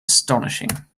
astonishing